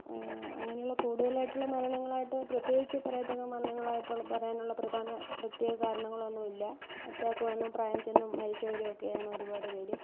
അങ്ങനെയുള്ള കൂടുതലായിട്ടുള്ള മരണങ്ങളായിട്ട് പ്രത്യേകിച്ച് പറയത്തക്ക മരണങ്ങളായിട്ടുള്ള പറയാനുള്ള പ്രധാന പ്രത്യേക കാരണങ്ങളൊന്നുമില്ല അറ്റാക്ക് വന്ന് പ്രായം ചെന്നും മരിച്ചവരുമൊക്കെയാണ് ഒരുപാട് പേർ